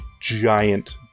giant